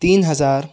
تین ہزار